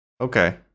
Okay